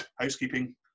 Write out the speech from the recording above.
Housekeeping